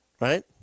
Right